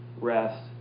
rest